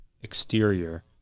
exterior